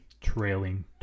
trailing